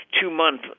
two-month